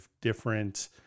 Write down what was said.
different